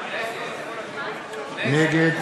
נגד